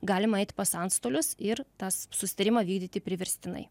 galima eit pas antstolius ir tas susitarimą vykdyti priverstinai